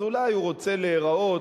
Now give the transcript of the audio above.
אז אולי הוא רוצה להיראות